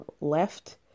left